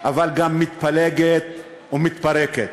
אבל גם מתפלגת ומתפרקת.